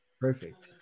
Perfect